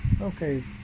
Okay